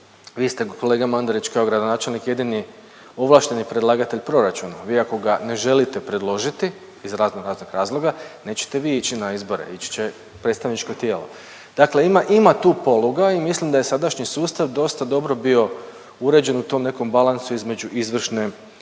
vi ste, kolega Mandrić, kao gradonačelnik jedini ovlašteni predlagatelj proračuna, vi ako ga ne želite predložiti iz raznoraznih razloga, nećete vi ići na izbore, ići će predstavničko tijelo. Dakle ima, ima tu poluga i mislim da je sadašnji sustav dosta dobro bio uređen u tom nekom balansu između izvršne